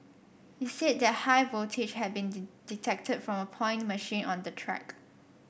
he said that high voltage had been detected from a point machine on the track